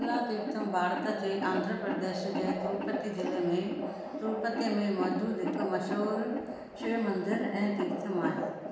कपिला तीर्थम भारत जे आंध्र प्रदेश जे तिरुपति ज़िले में तिरुपति में मौजूदु हिकु मशहूरु शिव मंदरु ऐं तीर्थम आहे